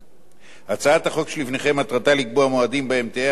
הצעת החוק שלפניכם מטרתה לקבוע מועדים שבהם תהא החברה מחויבת